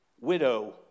widow